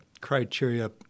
criteria